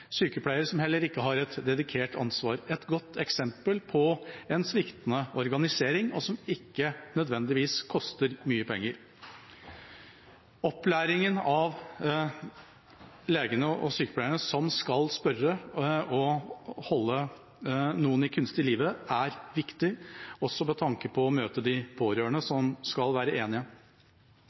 sykepleiere som har et dedikert ansvar – et godt eksempel på en sviktende organisering og noe som ikke nødvendigvis koster mye penger. Opplæringen av legene og sykepleierne som skal spørre og holde noen kunstig i live, er viktig – også med tanke på å møte de pårørende, som skal være enige.